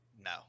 No